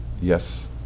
yes